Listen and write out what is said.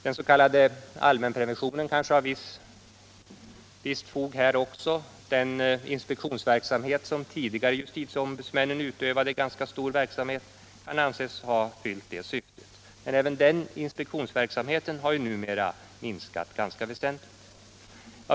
Den s.k. allmänpreventionen kanske har visst fog här också. Den inspektionsverksamhet som justitieombudsmännen tidigare utövade i ganska stor omfattning kan anses ha fyllt det syftet, men även den inspektionsverksamheten har numera minskat rätt väsentligt.